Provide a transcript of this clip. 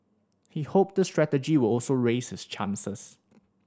he hopes this strategy would also raise his chances